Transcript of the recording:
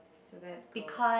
so that's good